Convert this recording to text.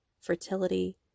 fertility